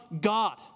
God